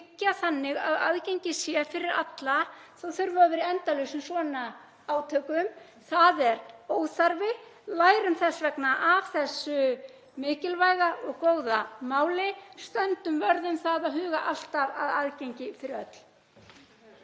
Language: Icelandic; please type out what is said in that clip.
þannig að aðgengi sé fyrir alla þá þurfum við að vera í endalausum svona átökum. Það er óþarfi. Lærum þess vegna af þessu mikilvæga og góða máli. Stöndum vörð um það að huga alltaf að aðgengi fyrir öll.